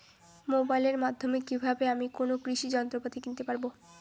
মোবাইলের মাধ্যমে কীভাবে আমি কোনো কৃষি যন্ত্রপাতি কিনতে পারবো?